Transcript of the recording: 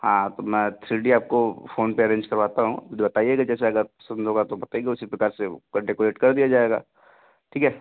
हाँ तो मैं थ्री डी आपको फ़ोन पर अरेंज करवाता हूँ फिर बताइएगा जैसे अगर पसंद होगा तो बताइएगा उसी प्रकार से वो कर डेकोरेट कर दिया जाएगा ठीक है